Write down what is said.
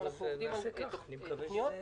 אנחנו עובדים על תוכניות.